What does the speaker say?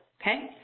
okay